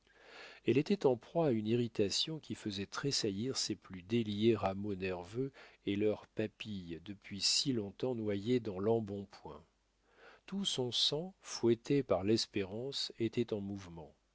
elle était en proie à une irritation qui faisait tressaillir ses plus déliés rameaux nerveux et leurs papilles depuis si long-temps noyées dans l'embonpoint tout son sang fouetté par l'espérance était en mouvement